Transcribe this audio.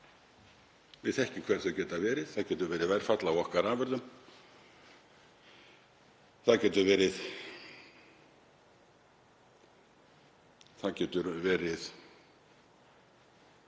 Við þekkjum hver þau áföll geta verið, það getur verið verðfall á okkar afurðum, það getur þurft